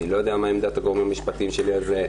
אני לא יודע מה עמדת הגורמים המשפטיים שלי על זה.